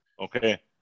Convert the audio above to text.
Okay